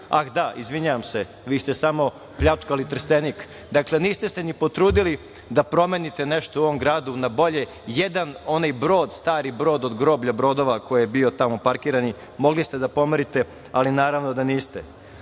ah, da, izvinjavam se, vi ste samo pljačkali Trstenik. Dakle, niste se ni potrudili da promenite nešto u ovom gradu na bolje. Jedan onaj brod, stari bord od groblja brodova koji su bili tamo parkirani, mogli ste da pomerite, ali naravno, da